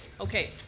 Okay